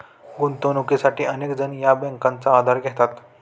गुंतवणुकीसाठी अनेक जण या बँकांचा आधार घेतात